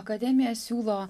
akademija siūlo